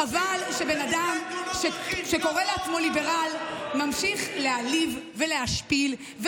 חבל שבן אדם שקורא לעצמו ליברל ממשיך להעליב ולהשפיל,